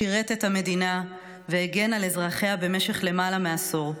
שירת את המדינה והגן על אזרחיה במשך למעלה מעשור.